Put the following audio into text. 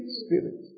spirit